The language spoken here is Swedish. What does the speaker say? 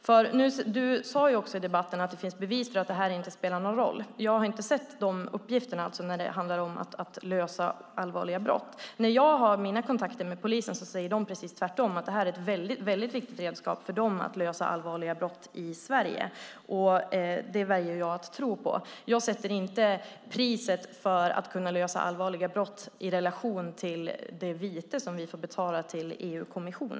I debatten sade Jens Holm att det finns bevis för att det här inte spelar någon roll. Jag har inte sett de uppgifterna när det handlar om att lösa allvarliga brott. När jag har mina kontakter med polisen säger de precis tvärtom: Detta är ett väldigt viktigt redskap för dem när det gäller att lösa allvarliga brott i Sverige. Det väljer jag att tro på. Jag sätter inte priset för att kunna lösa allvarliga brott i relation till det vite vi får betala till EU-kommissionen.